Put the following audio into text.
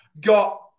got